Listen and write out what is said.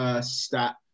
stat